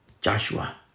joshua